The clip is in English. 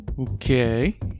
Okay